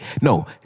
no